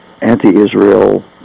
anti-Israel